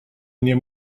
nie